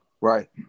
Right